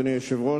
אדוני היושב-ראש,